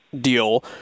deal